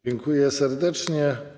Dziękuję serdecznie.